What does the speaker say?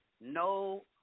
no –